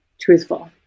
truthful